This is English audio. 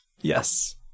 Yes